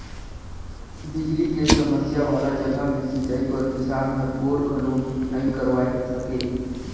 बिजली के समस्या वाला जघा मे सिंचई बर किसान हर बोर घलो नइ करवाये सके